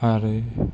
आरो